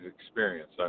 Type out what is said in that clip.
experience